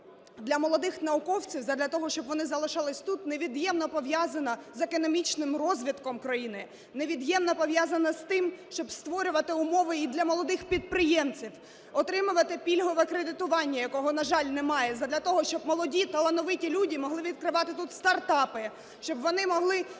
для молодих науковців задля того, щоб вони залишались тут, невід'ємно пов'язано з економічним розвитком країни, невід'ємно пов'язано з тим, щоб створювати умови і для молодих підприємців отримувати пільгове кредитування, якого, на жаль, немає, задля того, щоб молоді талановиті люди могли відкривати тут стартапи, щоб вони могли